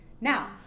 now